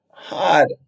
hard